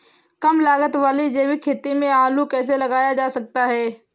कम लागत वाली जैविक खेती में आलू कैसे लगाया जा सकता है?